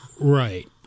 right